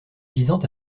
visant